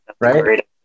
right